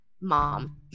mom